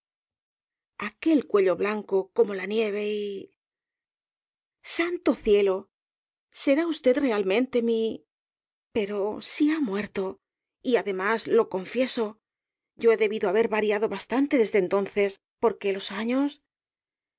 aquel cuello blanco como la nieve y santo cielo será usted realmente mi pero si ha muerto y además lo confieso yo he debido haber variado bastante desde entonces porque los años